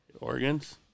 Organs